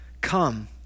Come